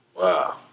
wow